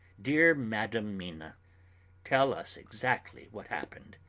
dear madam mina tell us exactly what happened.